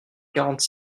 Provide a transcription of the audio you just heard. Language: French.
quarante